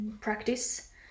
practice